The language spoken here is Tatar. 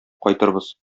кайтырбыз